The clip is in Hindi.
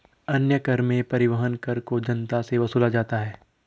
अन्य कर में परिवहन कर को जनता से वसूला जाता है